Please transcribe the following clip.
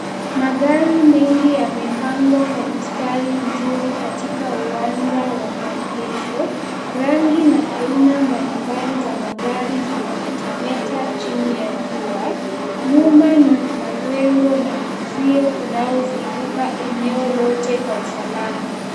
Magari mengi yamepangwa kwa mstari mzuri katika uwanja wa maegesho rangi na aina mbalimbali za magari zinametameta chini ya jua. Nyuma ni majengo na uzio unaozunguka eneo lote kwa usalama.